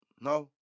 No